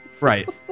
Right